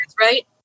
right